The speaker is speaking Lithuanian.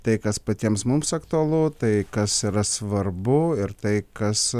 tai kas patiems mums aktualu tai kas yra svarbu ir tai kas